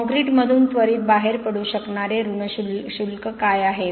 कॉंक्रिटमधून त्वरीत बाहेर पडू शकणारे ऋण शुल्क काय आहे